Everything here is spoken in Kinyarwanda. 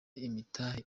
imitahe